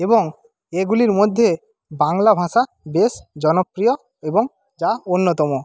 এবং এগুলির মধ্যে বাংলা ভাষা বেশ জনপ্রিয় এবং যা অন্যতম